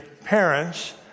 parents